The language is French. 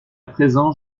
présent